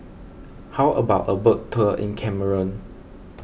how about a boat tour in Cameroon